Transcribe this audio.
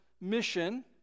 mission